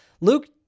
Luke